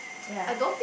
ya